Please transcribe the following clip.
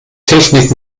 technik